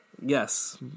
Yes